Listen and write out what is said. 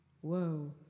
whoa